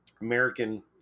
American